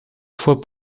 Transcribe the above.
fois